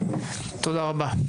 תודה רבה.